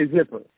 Zipper